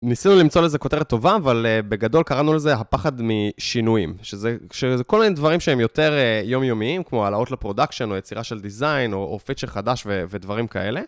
ניסינו למצוא לזה כותרת טובה, אבל בגדול קראנו לזה הפחד משינויים. שזה כל מיני דברים שהם יותר יומיומיים, כמו העלאות לפרודקשן, או יצירה של דיזיין, או פיצ'ר חדש ודברים כאלה.